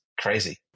crazy